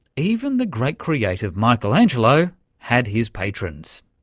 even the great, creative michelangelo had his patrons.